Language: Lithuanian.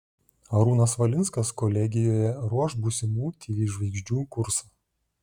arūnas valinskas kolegijoje ruoš būsimų tv žvaigždžių kursą